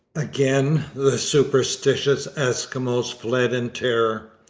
again the superstitious eskimos fled in terror.